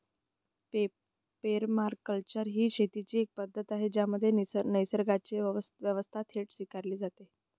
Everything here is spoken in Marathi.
पेरमाकल्चर ही शेतीची एक पद्धत आहे ज्यामध्ये निसर्गाची व्यवस्था थेट स्वीकारली जाते